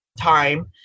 time